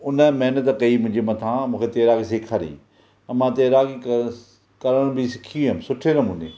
हुन महिनत कई मुंहिंजे मथा मूंखे तेरागी सिखारी ऐं मां तेरागी क करण बि सिखी वियुमि सुठे नमूने